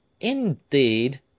Indeed